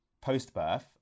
post-birth